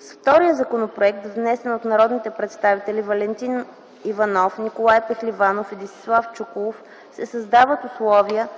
С втория законопроект, внесен от народните представители Валентин Иванов, Николай Пехливанов и Десислав Чуколов, се създават условия